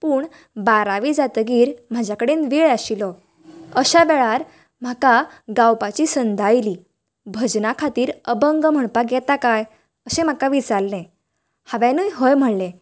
पूण बारावी जातकीर म्हजे कडेन वेळ आशिल्लो अश्या वेळार म्हाका गावपाची संद आयली भजना खातीर अभंग म्हणपाक येता कांय अशे म्हाका विचाल्ले हांवेनूय हय म्हणले